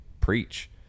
preach